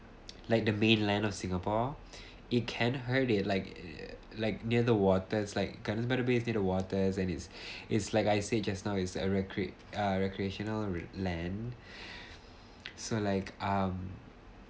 like the mainland of singapore it can hurt it like like near the waters like Gardens by the Bay did the waters and it's it's like I said just now is a recreat~ a recreational land so like um